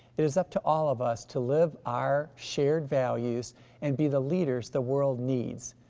it is up to all of us to live our shared values and be the leaders the world needs.